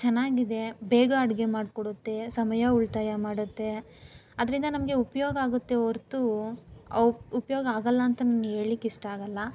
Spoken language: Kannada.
ಚೆನ್ನಾಗಿದೆ ಬೇಗ ಅಡಿಗೆ ಮಾಡಿ ಕೊಡುತ್ತೆ ಸಮಯ ಉಳಿತಾಯ ಮಾಡುತ್ತೆ ಅದರಿಂದ ನಮಗೆ ಉಪಯೋಗ ಆಗುತ್ತೆ ಹೊರ್ತು ಅವು ಉಪಯೋಗ ಆಗೊಲ್ಲ ಅಂತ ನನ್ಗೆ ಹೇಳ್ಲಿಕ್ ಇಷ್ಟ ಆಗೊಲ್ಲ